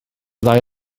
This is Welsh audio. ddau